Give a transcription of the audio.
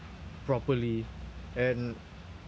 properly and